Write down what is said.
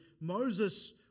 Moses